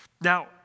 Now